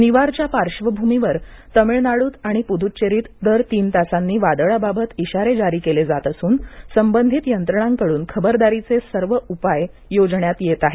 निवारच्या पार्श्वभूमीवर तामिळनाडूत आणि पुद्दुचेरीत दर तीन तासांनी वादळाबाबत इशारे जारी केले जात असून संबंधित यंत्रणाकडून खबरदारीचे सर्व उपाय योजण्यात येत आहेत